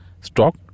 stock